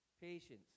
patience